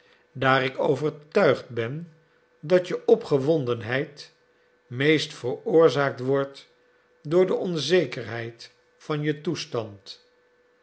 daar ik overtuigd ben dat je opgewondenheid meest veroorzaakt wordt door de onzekerheid van je toestand